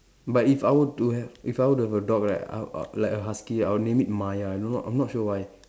but if I were to have if I were to have a dog right uh uh like a husky I'll name it Maya I do not I'm not sure why